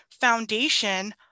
foundation